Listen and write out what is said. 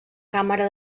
càmera